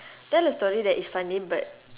tell a story that is funny but